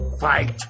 fight